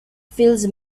fills